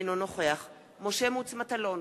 אינו נוכח משה מטלון,